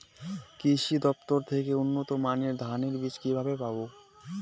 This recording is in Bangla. কৃষি দফতর থেকে উন্নত মানের ধানের বীজ কিভাবে পাব?